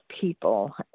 people